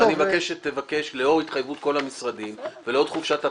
אני מבקש, לאור התחייבות כל המשרדים וחופשת הפסח,